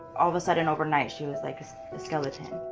of a sudden overnight she was like a skeleton.